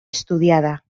estudiada